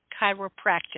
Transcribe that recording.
chiropractic